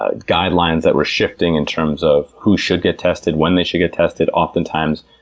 ah guidelines that were shifting in terms of who should get tested, when they should get tested. oftentimes,